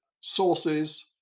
sources